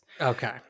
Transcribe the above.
okay